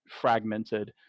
fragmented